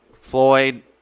Floyd